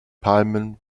palmen